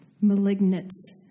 malignants